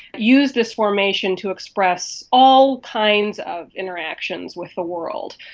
use this formation to express all kinds of interactions with the world,